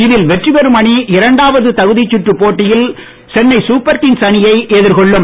இதில் வெற்றி பெறும் அணி இரண்டாவது தகுதிச் சுற்று போட்டியில் சென்னை சூப்பர் கிங்ஸ் அணியை எதிர்கொள்ளும்